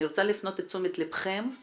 אני רוצה להפנות את תשומת ליבכם,